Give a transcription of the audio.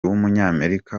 w’umunyamerika